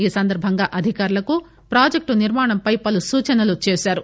ఈ సందర్బంగా అధికారులకు ప్రాజెక్లు నిర్మాణంపై పలు సూచనలు చేశారు